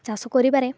ଚାଷ କରିବାରେ